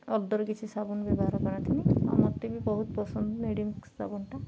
other କିଛି ସାବୁନ ବ୍ୟବହାର କରିନ୍ତିନି ଆଉ ମତେ ବି ବହୁତ ପସନ୍ଦ ମେଡ଼ିମିକ୍ସ ସାବୁନଟା